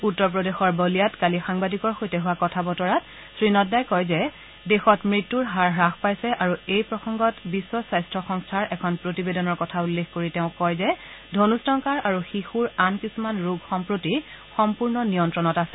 উত্তৰ প্ৰদেশৰ বলিয়াত কালি সাংবাদিকৰ সৈতে হোৱা কথা বতৰাত শ্ৰী নাড্ডাই কয় যে দেশত মৃত্যুৰ হাৰ হাস পাইছে আৰু এই প্ৰসংত বিশ্ব স্বাস্থ্য সংস্থাৰ এখন প্ৰতিবেদনৰ কথা উল্লেখ কৰি তেওঁ কয় যে ধন্টংকাৰ আৰু শিশুৰ আন কিছুমান ৰোগ সম্প্ৰতি সম্পূৰ্ণ নিয়ন্নণত আছে